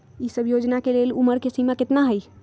ई सब योजना के लेल उमर के सीमा केतना हई?